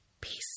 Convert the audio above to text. Peace